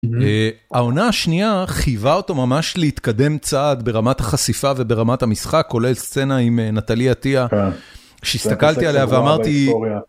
העונה השנייה חייבה אותו ממש להתקדם צעד ברמת החשיפה וברמת המשחק כולל סצנה עם נתלי עטיה שסתכלתי עליה ואמרתי.